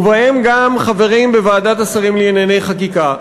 ובהם גם חברים בוועדת השרים לענייני חקיקה,